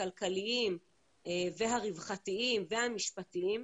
הכלכליים והרווחתיים והמשפטיים.